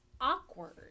awkward